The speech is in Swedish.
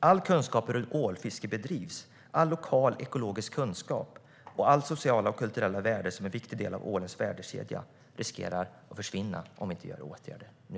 All kunskap om hur ålfiske bedrivs, all lokal ekologisk kunskap, alla sociala och kulturella värden som en viktig del av ålens värdekedja, riskerar att försvinna om vi inte vidtar åtgärder nu.